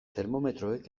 termometroek